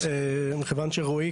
שי.